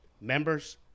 members